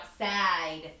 outside